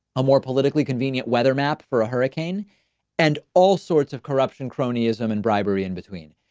a more politically convenient weather map for a hurricane and all sorts of corruption, cronyism and bribery in between.